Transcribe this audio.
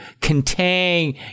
contain